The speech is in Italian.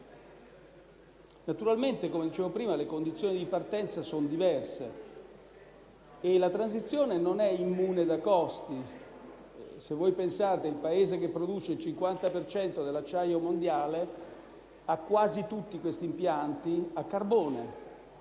Naturalmente - come dicevo prima - le condizioni di partenza sono diverse e la transizione non è immune da costi. Basta pensare, infatti, che il Paese che produce il 50 per cento dell'acciaio mondiale ha quasi tutti gli impianti a carbone.